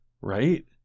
Right